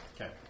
Okay